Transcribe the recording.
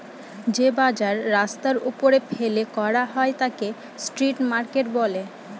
যে বাজার রাস্তার ওপরে ফেলে করা হয় তাকে স্ট্রিট মার্কেট বলে